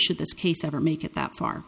should this case ever make it that far